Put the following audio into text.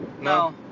no